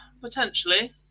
Potentially